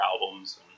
albums